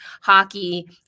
hockey